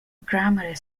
grammar